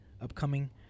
upcoming